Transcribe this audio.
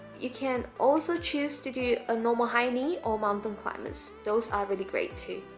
you can also choose to do a normal high knee or mountain climbers those are really great, too